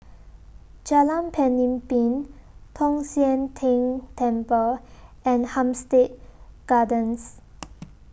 Jalan Pemimpin Tong Sian Tng Temple and Hampstead Gardens